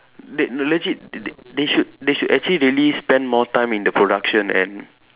they no legit they they they should they should really spend more time in the production and